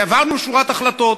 העברנו שורת החלטות.